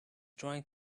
trying